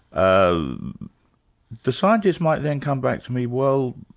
um the scientist might then come back to me, well,